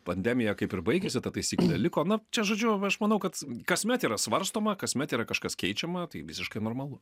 pandemija kaip ir baigėsi ta taisyklė liko na čia žodžiu aš manau kad kasmet yra svarstoma kasmet yra kažkas keičiama tai visiškai normalu